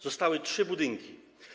Zostały trzy budynki.